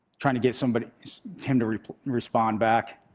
trying to get somebody to um to respondtha back.